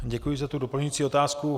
Děkuji za doplňující otázku.